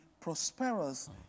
prosperous